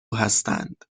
هستند